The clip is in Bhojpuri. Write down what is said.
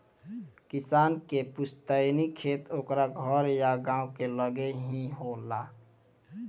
किसान के पुस्तैनी खेत ओकरा घर या गांव के लगे ही होला